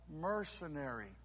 mercenary